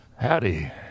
Howdy